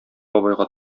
бабайга